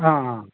অঁ